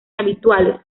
habituales